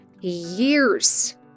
years